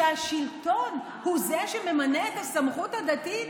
שהשלטון הוא שממנה את הסמכות הדתית.